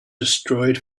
destroyed